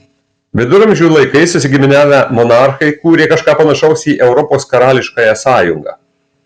viduramžių laikais susigiminiavę monarchai kūrė kažką panašaus į europos karališkąją sąjungą